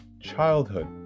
childhood